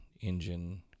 engine